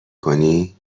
کنی